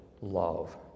love